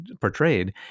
portrayed